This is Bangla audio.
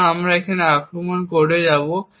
সুতরাং আমরা এখন আক্রমণ কোডে যাব